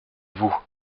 vous